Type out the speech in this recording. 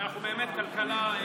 ואנחנו באמת כלכלה גלובלית,